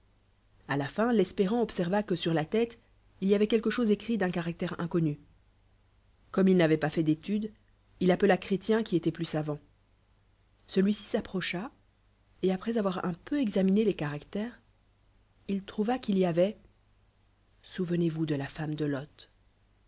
a la fin l'espérantobserva que surla t te il y avoit quelque chose écrit d'lld caractére incodou comme il n'avoit pas fait d'éludes il appela cbrétien qui était plus savant celui-ci s'approcha et après avoir un peu examiné les caractères il tronva qu'il y avoit souvene orrs de la femrne delo le